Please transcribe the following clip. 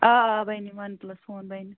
آ آ بَنہِ وَن پلس فون بَنہِ